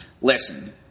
listen